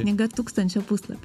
knyga tūkstančio puslapių